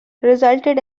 resulted